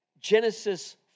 Genesis